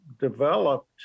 developed